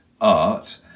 art